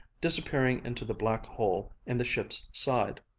disappearing into the black hole in the ship's side.